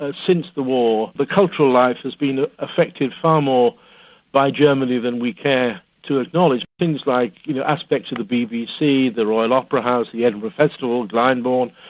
ah since the war, the cultural life has been affected far more by germany than we care to acknowledge. things like you know aspects of the bbc, the royal opera house, the edinburgh festival, glyndebourne,